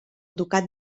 ducat